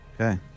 Okay